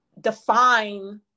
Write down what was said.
define